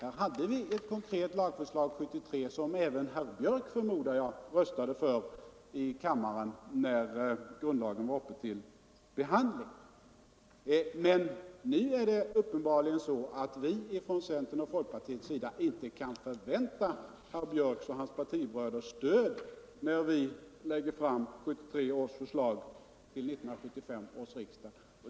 Vi hade år 1973 ett konkret lagförslag som även herr Björck, förmodar jag, röstade för i kammaren i samband med behandlingen av författningsfrågan. Men nu är det uppenbarligen så, att vi från centern och folkpartiet inte kan förvänta herr Björcks och dennes partibröders stöd när vi lägger fram 1973 års förslag till 1975 års riksdag.